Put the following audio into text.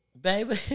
Baby